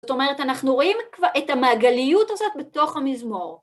זאת אומרת, אנחנו רואים כבר את המעגליות הזאת בתוך המזמור.